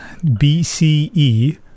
BCE